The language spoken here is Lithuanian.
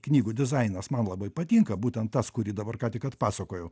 knygų dizainas man labai patinka būtent tas kurį dabar ką tik atpasakojau